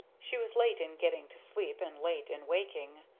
she was late in getting to sleep and late in waking.